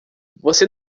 você